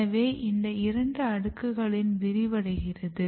எனவே இது இரண்டு அடுக்குகளிலும் விரிவடைகிறது